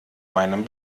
meinem